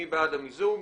מי בעד המיזוג?